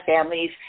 families